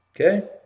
Okay